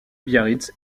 biarritz